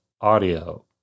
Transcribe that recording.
audio